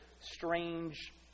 strange